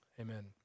Amen